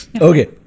okay